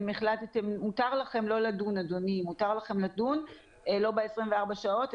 מותר לכם לא לדון, אדוני, ב-24 שעות.